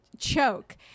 Choke